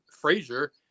Frazier